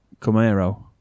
Camaro